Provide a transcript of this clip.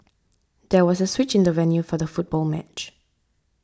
there was a switch in the venue for the football match